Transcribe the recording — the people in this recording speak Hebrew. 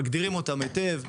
מגדירים אותן היטב,